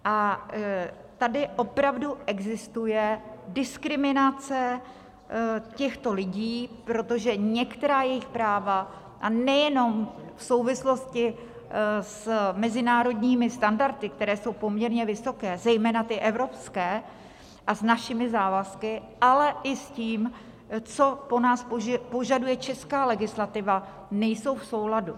A tady opravdu existuje diskriminace těchto lidí, protože některá jejich práva, a nejenom v souvislosti s mezinárodními standardy, které jsou poměrně vysoké, zejména ty evropské, a s našimi závazky, ale i s tím, co po nás požaduje česká legislativa, nejsou v souladu.